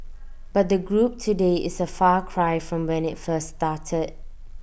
but the group today is A far cry from when IT first started